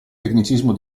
tecnicismo